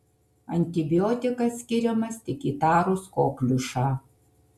antibiotikas skiriamas tik įtarus kokliušą